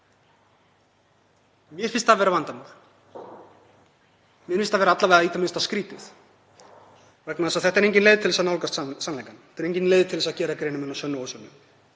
Mér finnst það vera vandamál. Mér finnst það í það minnsta skrýtið vegna þess að þetta er engin leið til þess að nálgast sannleikann, þetta er engin leið til þess að gera greinarmun á sönnu og ósönnu.